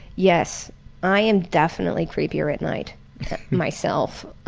yes i am definitely creepier at night myself.